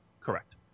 correct